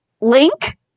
Link